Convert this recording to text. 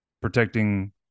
protecting